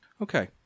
Okay